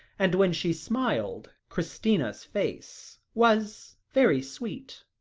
and when she smiled, christina's face was very sweet.